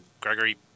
Gregory